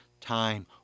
time